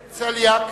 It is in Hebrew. צליאק,